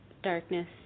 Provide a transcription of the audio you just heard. darkness